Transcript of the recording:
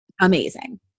amazing